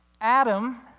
Adam